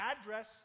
address